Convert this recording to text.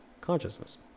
Consciousness